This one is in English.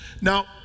Now